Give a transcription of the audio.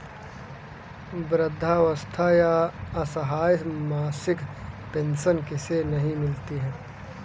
वृद्धावस्था या असहाय मासिक पेंशन किसे नहीं मिलती है?